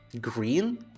green